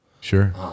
Sure